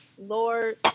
Lord